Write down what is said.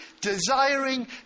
desiring